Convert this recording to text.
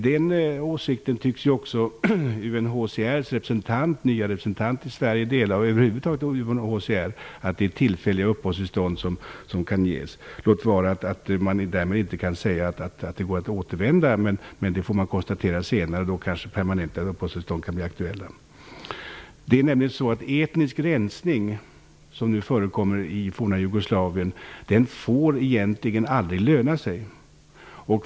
Även UNHCR:s nya representant i Sverige, och UNHCR över huvud taget, tycks dela åsikten att det är tillfälliga uppehållstillstånd som kan ges -- låt vara att man därmed inte kan säga att det går att återvända. Det får man konstatera senare, och då kanske permanenta uppehållstillstånd kan bli aktuella. Etnisk rensning, som nu förekommer i forna Jugoslavien, får egentligen aldrig löna sig.